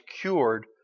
cured